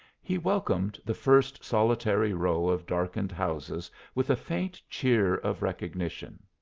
he welcomed the first solitary row of darkened houses with a faint cheer of recognition.